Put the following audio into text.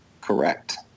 Correct